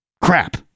crap